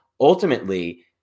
ultimately